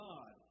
God